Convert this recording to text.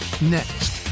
Next